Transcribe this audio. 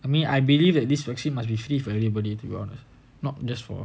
I mean I believe that this vaccine must be free for anybody to be honest not just for